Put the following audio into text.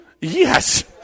Yes